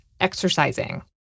exercising